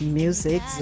music